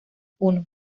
puno